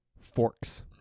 forks